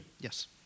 Yes